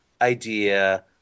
idea